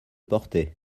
portaient